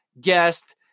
guest